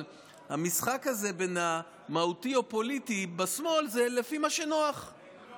אבל המשחק הזה בין המהותי לפוליטי בשמאל זה לפי מה שנוח לא,